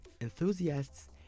enthusiasts